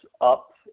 up